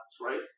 Right